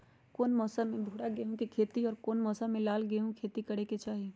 कौन मौसम में भूरा गेहूं के खेती और कौन मौसम मे लाल गेंहू के खेती करे के चाहि?